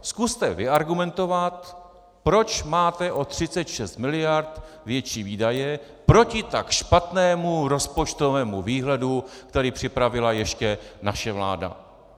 Zkuste vyargumentovat, proč máte o 36 mld. větší výdaje proti tak špatnému rozpočtovému výhledu, který připravila ještě naše vláda.